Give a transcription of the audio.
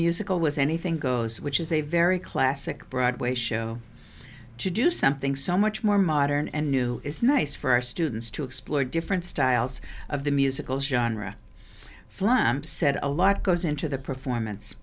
musical was anything goes which is a very classic broadway show to do something so much more modern and new it's nice for our students to explore different styles of the musical genre flamm said a lot goes into the performance